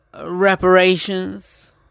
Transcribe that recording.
reparations